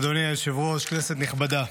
אדוני היושב-ראש, כנסת נכבדה.